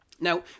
Now